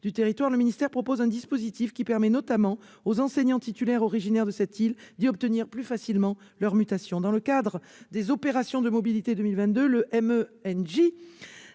du territoire, le ministère propose un dispositif qui permet notamment aux enseignants titulaires originaires de cette île d'y obtenir plus facilement leur mutation. Dans le cadre des opérations de mobilité 2022, le